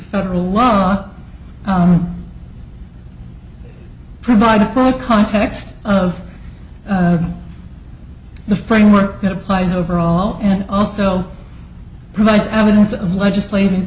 federal law provide context of the framework that applies overall and also provide evidence of legislating